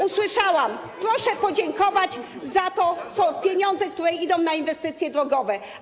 Usłyszałam: proszę podziękować za pieniądze, które idą na inwestycje drogowe.